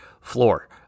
floor